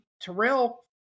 Terrell